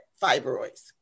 fibroids